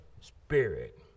spirit